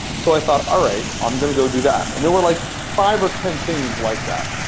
so i thought, all right. i'm going to go do that. and there were like five or ten things like that,